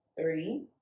three